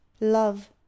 love